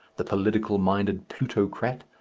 the political-minded plutocrat,